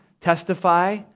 testify